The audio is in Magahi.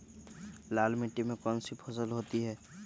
लाल मिट्टी में कौन सी फसल होती हैं?